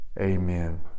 Amen